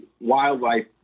wildlife